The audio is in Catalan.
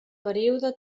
període